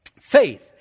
Faith